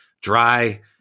dry